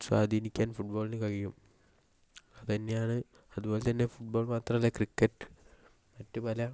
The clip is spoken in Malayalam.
സ്വാധീനിക്കാൻ ഫുട്ബോളിന് കഴിയും അത് തന്നെയാണ് അതുപോലെ തന്നെ ഫുട്ബോൾ മാത്രല്ല ക്രിക്കറ്റ് മറ്റ് പല